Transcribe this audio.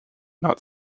not